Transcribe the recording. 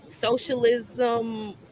socialism